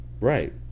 Right